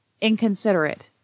Inconsiderate